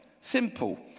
Simple